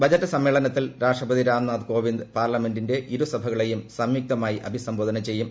budget സമ്മേളനത്തിൽ രാഷ്ട്രപതി രാംനാഥ് കോവിന്ദ് പാർലമെന്റിന്റെ ഇരു സഭകളെയും സംയുക്തമായി അഭിസംബോധന ചെയ്യും